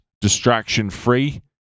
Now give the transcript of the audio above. distraction-free